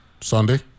Sunday